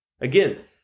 Again